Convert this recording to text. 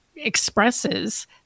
expresses